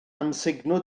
amsugno